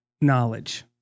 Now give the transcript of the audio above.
knowledge